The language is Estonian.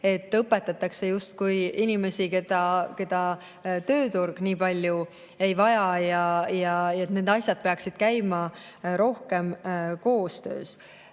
et õpetatakse justkui inimesi, keda tööturg nii palju ei vaja, ja et need asjad peaksid käima rohkem koostöös.